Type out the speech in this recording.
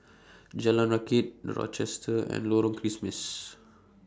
Jalan Rakit The Rochester and Lorong Kismis